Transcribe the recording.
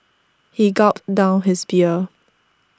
he gulped down his beer